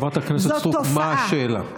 חברת הכנסת סטרוק, מה השאלה?